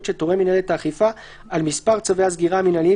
שתורה מינהלת האכיפה על מספר צווי הסגירה המינהליים